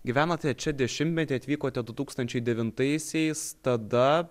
gyvenote čia dešimtmetį atvykote du tūkstančiai devintaisiais tada